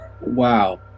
Wow